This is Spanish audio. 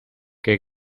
que